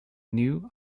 new